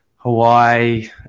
Hawaii